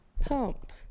pump